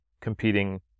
competing